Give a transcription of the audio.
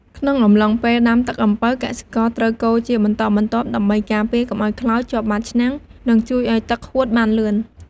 ក្នុងអំឡុងពេលដាំទឹកអំពៅ កសិករត្រូវកូរជាបន្តបន្ទាប់ ដើម្បីការពារកុំឱ្យខ្លោចជាប់បាតឆ្នាំង និងជួយឱ្យទឹកហួតបានលឿន។